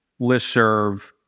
listserv